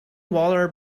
walter